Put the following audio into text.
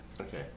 Okay